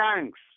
thanks